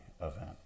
event